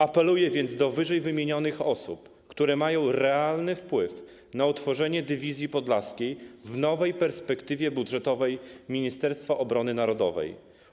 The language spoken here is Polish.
Apeluję więc do ww. osób, które mają realny wpływ na utworzenie dywizji podlaskiej w nowej perspektywie budżetowej Ministerstwa Obrony Narodowej.